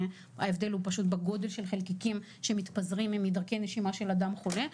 שההבדל הוא פשוט בגודל של החלקיקים שמתפזרים מדרכי נשימה של אדם חולה,